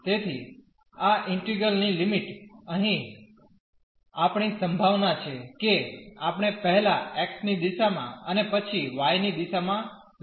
તેથી આ ઈન્ટિગ્રલ ની લિમિટ અહીં આપણી સંભાવના છે કે આપણે પહેલા x ની દિશામાં અને પછી y ની દિશામાં લઈએ કે નહીં તે મહત્વનું નથી